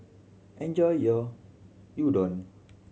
enjoy your Udon